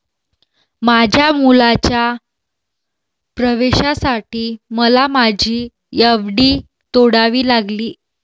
माझ्या मुलाच्या प्रवेशासाठी मला माझी एफ.डी तोडावी लागली